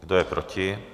Kdo je proti?